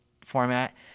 format